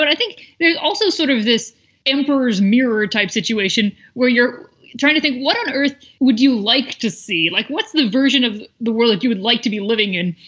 i think they also sort of this emperor's mirror type situation where you're trying to think, what on earth would you like to see? like, what's the version of the world you would like to be living in?